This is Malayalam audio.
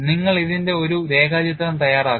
നിങ്ങൾ ഇതിന്റെ ഒരു രേഖാചിത്രം തയ്യാറാക്കുന്നു